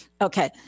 Okay